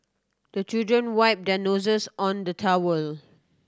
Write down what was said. the children wipe their noses on the towel